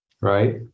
Right